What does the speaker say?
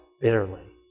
bitterly